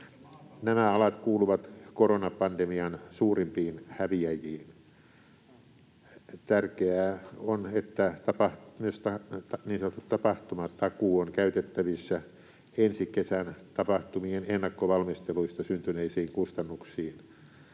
Nämä alat kuuluvat koronapandemian suurimpiin häviäjiin. Tärkeää on, että myös niin sanottu tapahtumatakuu on käytettävissä ensi kesän tapahtumien ennakkovalmisteluista syntyneisiin kustannuksiin.